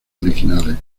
originales